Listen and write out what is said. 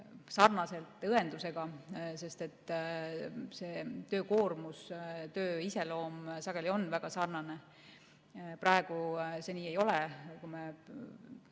sarnaselt õenduse omadega. Töökoormus, töö iseloom on väga sarnane. Praegu see nii ei ole, kui me